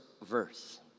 verse